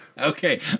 okay